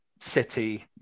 City